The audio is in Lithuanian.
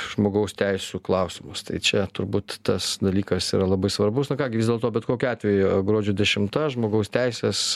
žmogaus teisių klausimus tai čia turbūt tas dalykas yra labai svarbus na ką gi vis dėlto bet kokiu atveju gruodžio dešimta žmogaus teisės